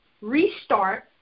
restart